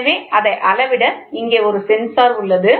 எனவே அதை அளவிட இங்கே ஒரு சென்சார் உள்ளது